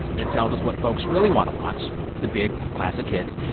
it tells us what folks really want to watch the big classic hits.